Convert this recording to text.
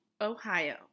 Ohio